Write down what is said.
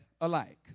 alike